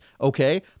Okay